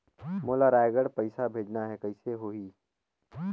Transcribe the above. मोला रायगढ़ पइसा भेजना हैं, कइसे होही?